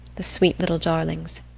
the sweet little darlings!